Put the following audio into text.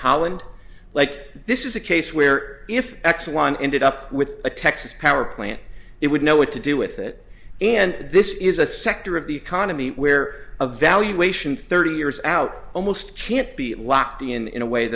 holland like this is a case where if exxon ended up with a texas power plant it would know what to do with it and this is a sector of the economy where a valuation thirty years out almost can't be locked in in a way